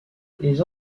les